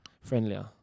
friendlier